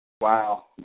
wow